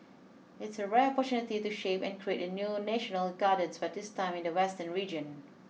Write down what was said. it's a rare opportunity to shape and create a new national gardens but this time in the western region